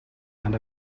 and